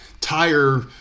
tire